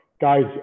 guys